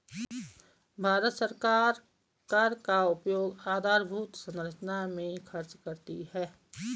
भारत सरकार कर का उपयोग आधारभूत संरचना में खर्च करती है